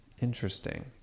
Interesting